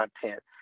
content